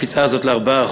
הקפיצה הזאת ל-4%.